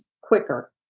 quicker